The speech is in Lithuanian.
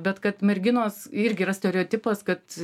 bet kad merginos irgi yra stereotipas kad